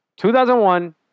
2001